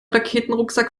raketenrucksack